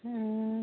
ꯎꯝ